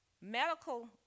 medical